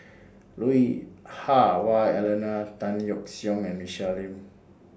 Lui Hah Wah Elena Tan Yeok Seong and Michelle Lim